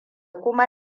kuma